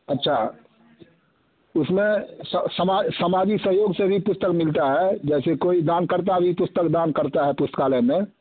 अच्छा उसमें सामाजिक सहयोग से भी पुस्तक मिलता है जैसे कोई दानकर्ता भी पुस्तक दान करता है पुस्तकालय में